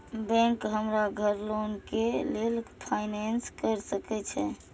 Bank हमरा घर loan के लेल फाईनांस कर सके छे?